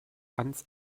ans